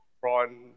prawn